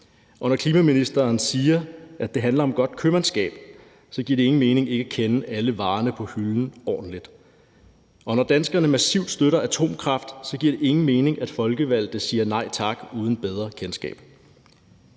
Og når klimaministeren siger, at det handler om godt købmandskab, så giver det ingen mening ikke at kende alle varerne på hylden ordentligt. Og når danskerne massivt støtter atomkraft, giver det ingen mening, at folkevalgte siger nej tak uden bedre kendskab.